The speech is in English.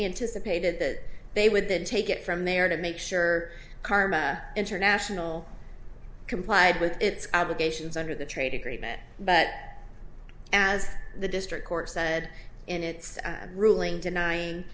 anticipated that they would then take it from mayor to make sure karma international complied with its obligations under the trade agreement but as the district court said in its ruling denying